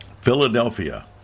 Philadelphia